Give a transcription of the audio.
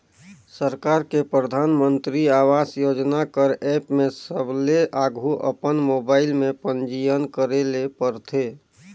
सरकार के परधानमंतरी आवास योजना कर एप में सबले आघु अपन मोबाइल में पंजीयन करे ले परथे